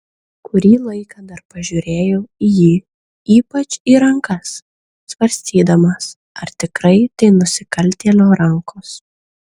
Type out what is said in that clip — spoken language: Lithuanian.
kurį laiką dar pažiūrėjau į jį ypač į rankas svarstydamas ar tikrai tai nusikaltėlio rankos